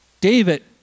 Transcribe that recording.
David